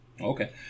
okay